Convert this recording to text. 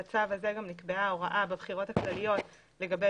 בצו הזה גם נקבעה הוראה בבחירות הכלליות לגבי